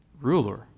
Ruler